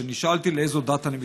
כשנשאלתי לאיזו דת אני משתייכת.